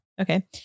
Okay